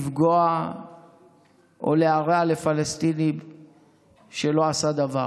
לפגוע או להרע לפלסטיני שלא עשה דבר.